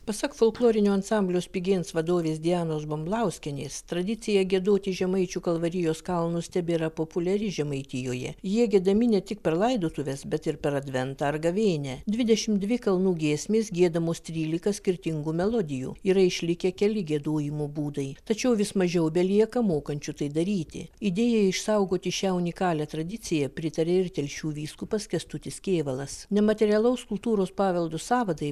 pasak folklorinio ansamblio spigins vadovės dianos bumblauskienės tradicija giedoti žemaičių kalvarijos kalnus tebėra populiari žemaitijoje jie giedami ne tik per laidotuves bet ir per adventą ar gavėnią dvidešim dvi kalnų giesmės giedamos trylika skirtingų melodijų yra išlikę keli giedojimo būdai tačiau vis mažiau belieka mokančių tai daryti idėjai išsaugoti šią unikalią tradiciją pritarė ir telšių vyskupas kęstutis kėvalas nematerialaus kultūros paveldo sąvadai